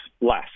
less